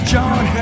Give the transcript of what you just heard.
John